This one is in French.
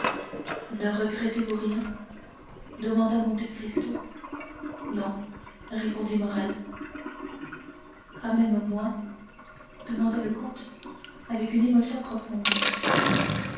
ne regrettez-vous rien demanda monte cristo non répondit morrel pas même moi demanda le comte avec une émotion profonde